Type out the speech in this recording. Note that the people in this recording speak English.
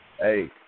Hey